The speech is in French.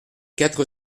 quatre